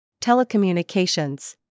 Telecommunications